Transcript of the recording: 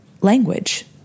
language